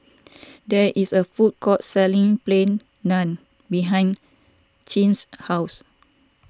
there is a food court selling Plain Naan behind Clint's house